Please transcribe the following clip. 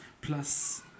plus